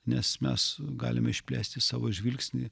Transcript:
nes mes galime išplėsti savo žvilgsnį